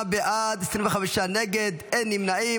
38 בעד, 25 נגד, אין נמנעים.